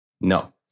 No